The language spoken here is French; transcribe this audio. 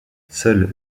seuls